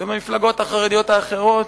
ובמפלגות החרדיות האחרות,